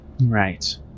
Right